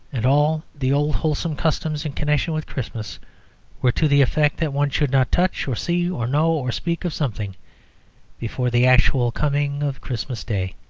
and all the old wholesome customs in connection with christmas were to the effect that one should not touch or see or know or speak of something before the actual coming of christmas day.